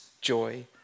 joy